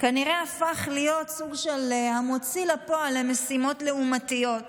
כנראה הפך להיות המוציא לפועל למשימות לעומתיות,